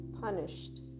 punished